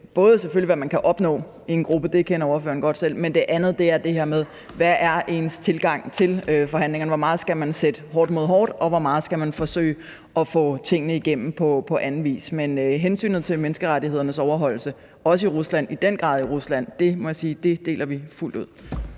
i forhold til, hvad man kan opnå i en gruppe – det kender ordføreren godt selv – men også i forhold til det andet, altså det her med, hvad ens tilgang til forhandlingerne er. Hvor meget skal man sætte hårdt mod hårdt? Og hvor meget skal man forsøge at få tingene igennem på anden vis? Men hensynet til menneskerettighedernes overholdelse – i den grad også i Rusland – må jeg sige vi deler fuldt ud.